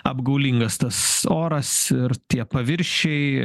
apgaulingas tas oras ir tie paviršiai